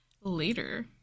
later